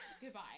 Goodbye